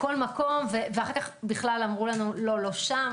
ואחר כך אמרו לנו: לא שם.